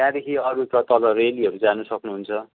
त्यहाँदेखि अरू त तल रेलीहरू जानु सक्नुहुन्छ